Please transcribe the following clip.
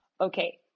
Okay